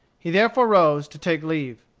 he therefore rose to take leave.